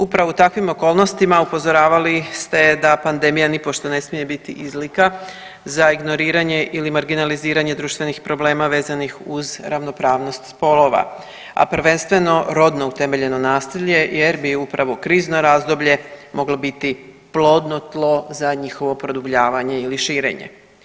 Upravo u takvim okolnostima upozoravali ste da pandemija nipošto ne smije biti izlika za ignoriranje ili marginaliziranje društvenih problema vezanih uz ravnopravnost spolova, a prvenstveno rodno utemeljeno nasilje jer bi upravo krizno razdoblje moglo biti plodno tlo za njihovo produbljavanje ili širenje.